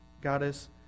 goddess